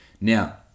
Now